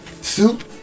soup